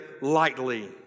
lightly